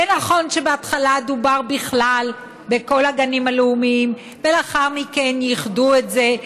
ונכון שבהתחלה דובר בכלל בכל הגנים הלאומיים ולאחר מכן איחדו את זה,